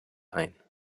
ein